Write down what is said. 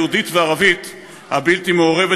היהודית והערבית הבלתי-מעורבת,